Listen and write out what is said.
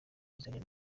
bizajya